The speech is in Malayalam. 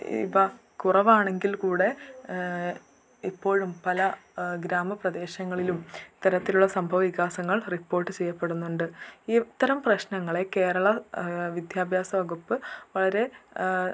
ഇപ്പം കുറവാണെങ്കിൽ കൂടി ഇപ്പോഴും പല ഗ്രാമപ്രദേശങ്ങളിലും ഇത്തരത്തിലുള്ള സംഭവവികാസങ്ങൾ റിപ്പോർട്ട് ചെയ്യപ്പെടുന്നുണ്ട് ഇത്തരം പ്രശ്നങ്ങളെ കേരള വിദ്യാഭ്യാസ വകുപ്പ് വളരെ